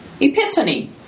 Epiphany